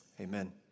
amen